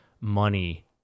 money